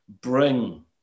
bring